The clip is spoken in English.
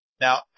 Now